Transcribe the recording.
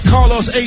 Carlos